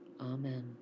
Amen